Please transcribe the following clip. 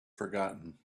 forgotten